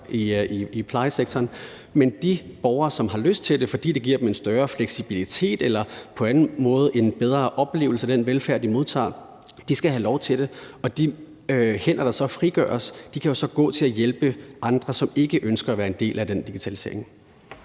i plejesektoren. Men de borgere, som har lyst til det, fordi det giver dem en større fleksibilitet eller på anden måde en bedre oplevelse af den velfærd, de modtager, skal have lov til det, og de hænder, der så frigøres, kan jo så gå til at hjælpe andre, som ikke ønsker at være en del af den digitalisering.